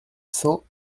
cent